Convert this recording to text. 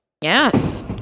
yes